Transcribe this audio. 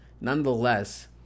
Nonetheless